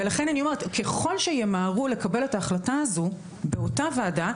לכן אני אומרת שככל שימהרו לקבל את ההחלטה הזאת באותה ועדה,